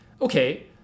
Okay